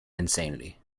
insanity